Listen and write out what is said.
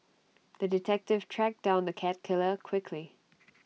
the detective tracked down the cat killer quickly